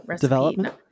Development